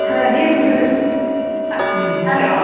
ಹಾಂ ನೀವ್ ತೋರಸಿ ಹ ಹ್ಞೂ ಹಲೋ